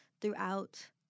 throughout